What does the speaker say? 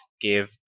give